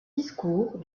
discours